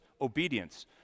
obedience